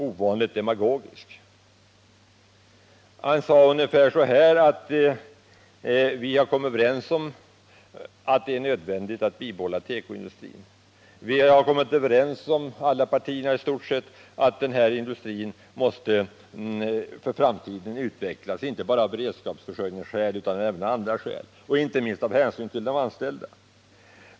Han sade ungefär så här: Vi har kommit överens om att det är nödvändigt att bibehålla tekoindustrin. Alla partierna hade i stort sett kommit överens om att den härindustrin måste utvecklas i framtiden, och det inte bara av beredskapsskäl utan även av andra skäl. Inte minst var vi tvungna att göra det med hänsyn till de anställda.